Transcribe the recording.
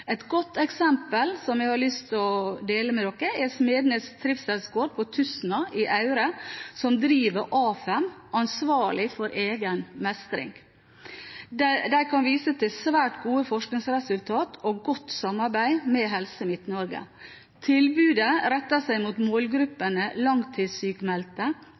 Et godt eksempel, som jeg har lyst til å dele med salen, er Smednes Trivselsgård på Tustna i Aure som driver AFEM – Ansvar For Egen Mestring. De kan vise til svært gode forskningsresultater og godt samarbeid med Helse Midt-Norge. Tilbudet retter seg mot målgruppene